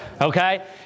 Okay